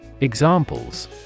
Examples